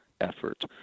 effort